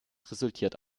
resultiert